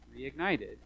reignited